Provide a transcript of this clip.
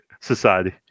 society